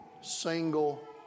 single